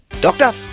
Doctor